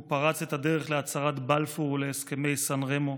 הוא פרץ את הדרך להצהרת בלפור ולהסכמי סן רמו,